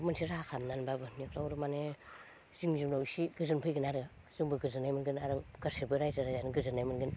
मोनसे राहा खालामनानब्लाबो माने जिं जिं आव एसे गोजोनफैगोन आरो जोंबो गोजोननाय मोनगोन आरो गासिबो रायजो राजायानो गोजोननाय मोनगोन